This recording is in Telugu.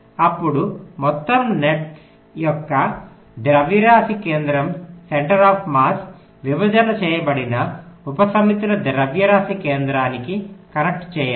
అప్పుడు మొత్తం సెట్ యొక్క ద్రవ్యరాశి కేంద్రాన్ని విభజన చేయబడిన ఉపసమితుల ద్రవ్యరాశి కేంద్రానికి కనెక్ట్ చేయండి